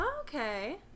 Okay